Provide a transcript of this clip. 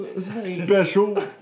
Special